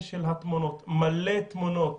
השקעתי המון,